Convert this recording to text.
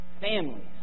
families